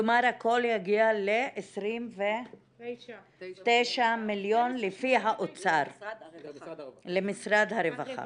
-- כלומר הכל יגיע ל-29 מיליון לפי האוצר למשרד הרווחה.